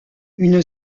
une